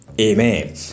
Amen